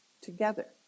together